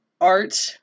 art